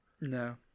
no